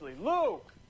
Luke